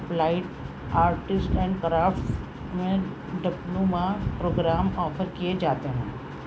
applied arts and crafts میں diploma program offer کیے جاتے ہوں